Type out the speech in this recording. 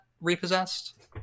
repossessed